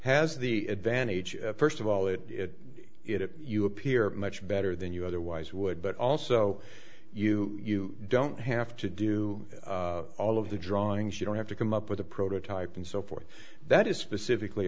has the advantage first of all that it you appear much better than you otherwise would but also you you don't have to do all of the drawings you don't have to come up with a prototype and so forth that is specifically